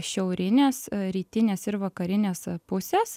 šiaurinės rytinės ir vakarinės pusės